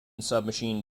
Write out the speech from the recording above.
submachine